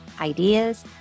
ideas